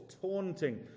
taunting